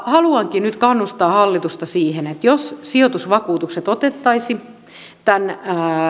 haluankin nyt kannustaa hallitusta siihen että jos sijoitusvakuutukset otettaisiin tämän